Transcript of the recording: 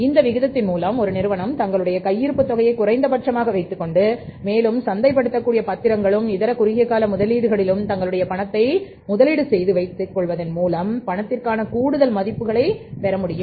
இந்த விகிதத்தின் மூலம் ஒரு நிறுவனம் தங்களுடைய கையிருப்பு தொகையை குறைந்தபட்சமாக வைத்துக்கொண்டு மேலும் சந்தை படுத்தக்கூடிய பத்திரங்களிலும் இதர குறுகியகால முதலீடுகளிலும் தங்களுடைய பணத்தை முதலீடு செய்து வைத்துக் கொள்வதன் மூலம் பணத்திற்கான கூடுதல் மதிப்பெண் பெற முடியும்